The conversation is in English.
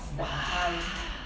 !wah!